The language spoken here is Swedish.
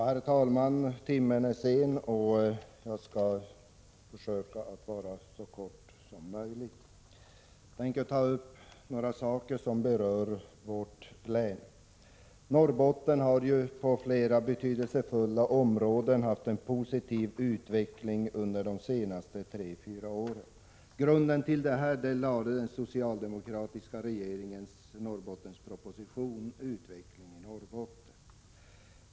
Herr talman! Timmen är sen, och jag skall försöka att fatta mig så kort som möjligt. Jag tänker ta upp några saker som berör vårt län, Norrbottens län. Norrbotten har på flera betydelsefulla områden haft en positiv utveckling under de senaste tre fyra åren. Grunden till denna lades med den socialdemokratiska regeringens Norrbottensproposition Utveckling i Norrbotten.